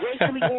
racially